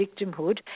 victimhood